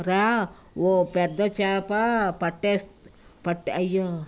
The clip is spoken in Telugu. రా ఓ పెద్ద చేప పట్టేస్త పట్ట అయ్యో